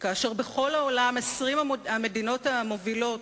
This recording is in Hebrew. שכאשר בכל העולם, 20 המדינות המובילות